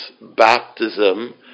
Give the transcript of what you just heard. baptism